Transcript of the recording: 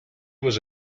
was